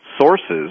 sources